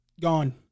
gone